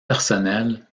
personnels